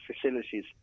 facilities